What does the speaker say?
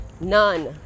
None